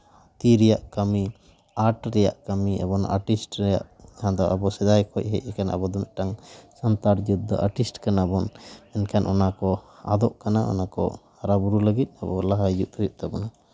ᱛᱤ ᱨᱮᱭᱟᱜ ᱠᱟᱹᱢᱤ ᱟᱨᱴ ᱨᱮᱭᱟᱜ ᱠᱟᱹᱢᱤ ᱮᱵᱚᱝ ᱟᱨᱴᱤᱥᱴ ᱨᱮ ᱚᱱᱟ ᱫᱚ ᱟᱵᱚ ᱥᱮᱫᱟᱭ ᱠᱷᱚᱡ ᱦᱮᱡ ᱟᱠᱟᱱ ᱟᱵᱚ ᱫᱚ ᱢᱤᱫᱴᱟᱝ ᱥᱟᱱᱛᱟᱲ ᱡᱟᱹᱛ ᱫᱚ ᱟᱨᱴᱤᱥᱴ ᱠᱟᱱᱟ ᱵᱚᱱ ᱢᱮᱱᱠᱷᱟᱱ ᱚᱱᱟ ᱠᱚ ᱟᱫᱚᱜ ᱠᱟᱱᱟ ᱚᱱᱟ ᱠᱚ ᱦᱟᱨᱟᱼᱵᱩᱨᱩ ᱞᱟᱹᱜᱤᱫ ᱟᱵᱚ ᱞᱟᱦᱟ ᱦᱤᱡᱩᱜ ᱦᱩᱭᱩᱜ ᱛᱟᱵᱚᱱᱟ